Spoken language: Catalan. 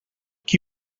qui